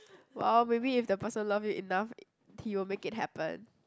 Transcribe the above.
!wah! maybe if the person love you enough he will make it happen